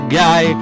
guy